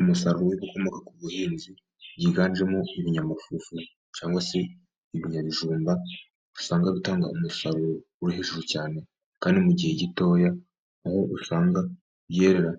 Umusaruro w'ibikomoka ku buhinzi byiganjemo ibinyamafufu cyangwa se ibinyabijumba, usanga bitanga umusaruro wo hejuru cyane kandi mu gihe gitoya, aho usanga byera